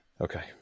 Okay